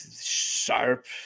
sharp